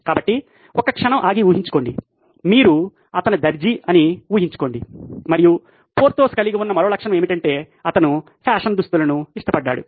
కాబట్టి ఒక్క క్షణం ఆగి ఊహించుకోండి మీరు అతని దర్జీ అని ఊహించుకోండి మరియు పోర్థోస్ కలిగి ఉన్న మరో లక్షణం ఏమిటంటే అతను ఫ్యాషన్ దుస్తులను ఇష్టపడ్డాడు